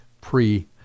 pre